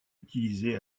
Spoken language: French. utilisé